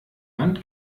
wand